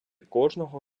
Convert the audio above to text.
кожного